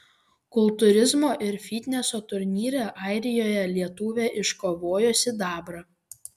kultūrizmo ir fitneso turnyre airijoje lietuvė iškovojo sidabrą